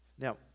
Now